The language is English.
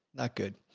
not good.